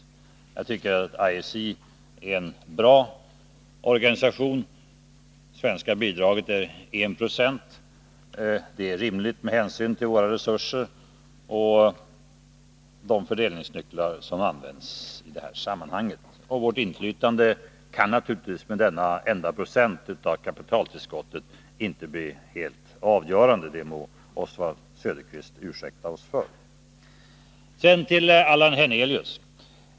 Jag tycker att IFC är en bra organisation. Det svenska bidraget är 1 96, och det är rimligt med hänsyn till våra resurser och de é =/ He är z Internationellt fördelningsnycklar som används i det här sammanhanget. Vårt inflytande ltvecklingssamarkan naturligtvis inte med denna enda procent av kapitaltillskottet bli helt betcm avgörande — det må Oswald Söderqvist ursäkta oss för. Sedan till Allan Hernelius.